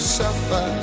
suffer